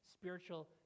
spiritual